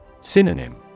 Synonym